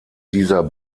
dieser